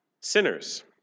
Sinners